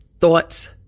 thoughts